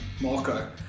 Marco